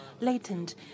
latent